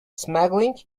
smuggling